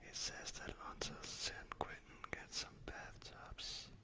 says that until san quentin gets some bathtubs,